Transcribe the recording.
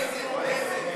רפורמות.